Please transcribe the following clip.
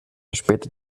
später